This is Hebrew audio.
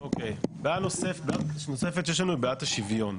אוקיי, בעיה נוספת שיש לנו היא בעיית השוויון.